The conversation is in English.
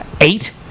eight